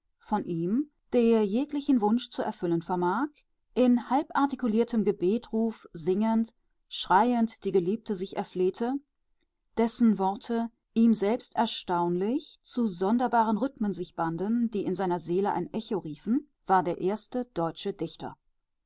von ihm der jeglichen wunsch zu erfüllen vermag in halbartikuliertem gebetruf singend schreiend die geliebte sich erflehte dessen worte ihm selbst erstaunlich zu sonderbaren rhythmen sich banden die seiner seele ein echo riefen war der erste deutsche dichter